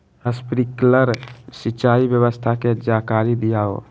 Sprinkler सिंचाई व्यवस्था के जाकारी दिऔ?